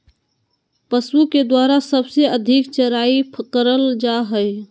पशु के द्वारा सबसे अधिक चराई करल जा हई